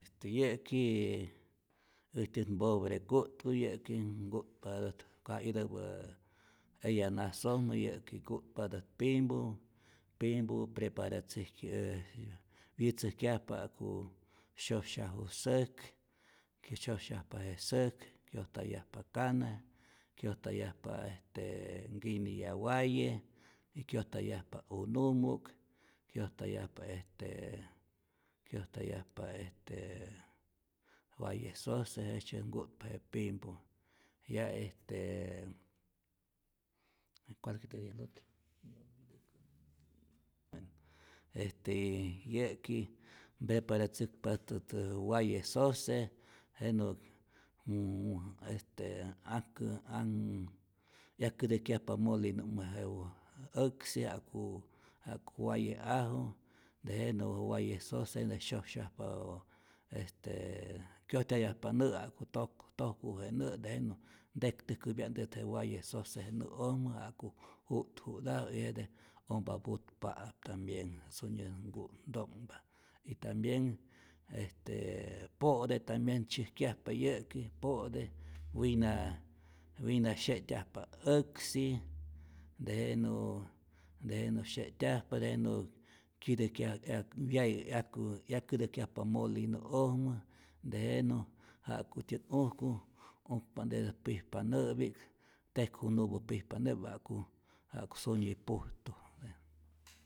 Este yä'ki äjtyät mpopre ku'tku, yä'ki nku'tpatä't ja itäpä eya nasojmä, yä'ki nku'tpatät pimpu', pimpu' preparatzäjk ee wyätzäjkyajpa ja'ku syosyaju säk, que syosyajpa je säk, kyojtayajpa kana, kyojtayajpa estee nkiniya waye, kyojtayajpa unumu'k, kyojtayajpa estee kyojtayajpa estee waye sojse, jejtzyetät nku'tpa je pimpu', ya este cual digo el otro, este yäki mpreparatzäkpatät tä tä waye sose, jenä este ak anh 'yajkätäjkyajpa molinu'ojmä je äksi ja'ku ja'ku waye'aju, tejenä je waye sose nä sosyajpa, est kyojtayajpa nä' ja'ku tok tojku je nä', tejenä ntektäjkäpya'ntät je waye sose je nä'ojmä ja'ku ju'tjuta'u y jete ompa putpaam tambien sunyität nkut nto'nhpa, y tambien este po'te tambien tzyäjkyajpa yä'ki po'te, wina wina sye'tyajpa äksi, tejenä tejenä sye'tyajpa, tejenä kyatäjkyaj yak wyaye yak 'yak'kätäjkyajpa molinu'ojmä', tejenä ja'kutyät ujku ukpante'tät pijpa nä'pi'k tekjunupä pijpa nä'pi'k ja'ku ja'ku syunyi pujtu.